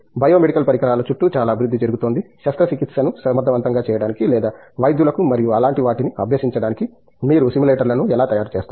bio medical పరికరాల చుట్టూ చాలా అభివృద్ధి జరుగుతోంది శస్త్రచికిత్సను సమర్థవంతంగా చేయడానికి లేదా వైద్యులకు మరియు అలాంటి వాటిని అభ్యసించడానికి మీరు సిమ్యులేటర్లను ఎలా తయారు చేస్తారు